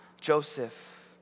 Joseph